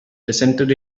presented